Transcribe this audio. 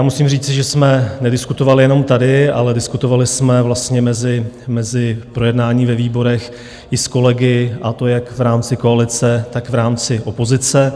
Musím říci, že jsme nediskutovali jenom tady, ale diskutovali jsme vlastně mezi projednáním ve výborech i s kolegy, a to jak v rámci koalice, tak v rámci opozice.